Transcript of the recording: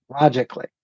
logically